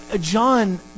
John